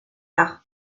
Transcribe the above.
par